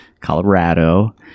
Colorado